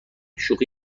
شوخی